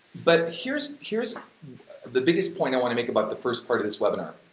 but here's here's the biggest point i wanna make about the first part of this webinar,